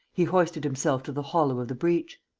he hoisted himself to the hollow of the breach.